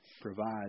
provides